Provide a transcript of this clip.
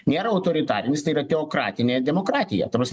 nėra autoritarinis tai yra teokratinė demokratija ta prasme